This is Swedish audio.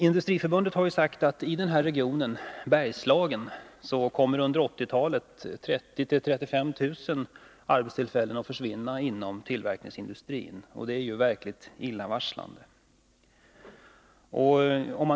Industriförbundet har sagt att i den här regionen, Bergslagen, kommer under 1980-talet 30 000-35 000 arbetstillfällen att försvinna inom tillverkningsindustrin, och det är verkligt illavarslande.